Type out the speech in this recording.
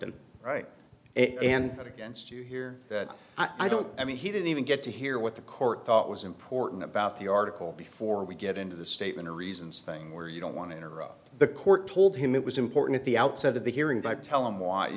it and against you here that i don't i mean he didn't even get to hear what the court thought was important about the article before we get into the statement or reasons thing where you don't want to interrupt the court told him it was important at the outset of the hearing by tell him why you